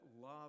love